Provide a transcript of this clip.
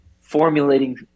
formulating